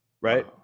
Right